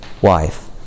wife